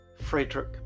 Frederick